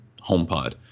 HomePod